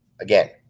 again